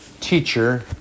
teacher